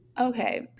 Okay